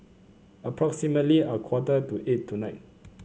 approximately a quarter to eight tonight